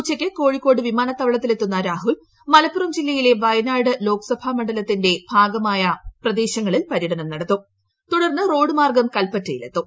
ഉച്ചയ്ക്ക് കോഴിക്കോട് വിമാനത്താവള്ത്തിലെത്തുന്ന രാഹുൽ മലപ്പുറം ജില്ലയിലെ വയനാട് ലോക്ട്പ്പട്ടിട്ട് മണ്ഡലത്തിന്റെ ഭാഗമായ പ്രദേശങ്ങളിൽ പര്യടനം നടത്തുടർ തുടർന്ന് റോഡ് മാർഗം കല്പറ്റയിലെത്തും